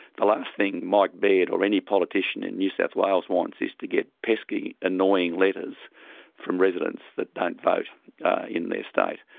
the last thing mike baird or any politician in new south wales wants is to get pesky, annoying letters from residents that don't vote in their state.